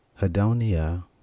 Hedonia